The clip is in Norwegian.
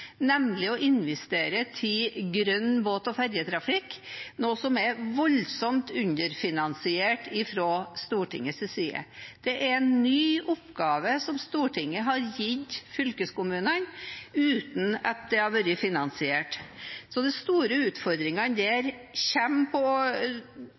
nemlig å investere i grønn båt- og ferjetrafikk, noe som er voldsomt underfinansiert fra Stortingets side. Det er en ny oppgave som Stortinget har gitt fylkeskommunene uten at den har vært finansiert. De store utfordringene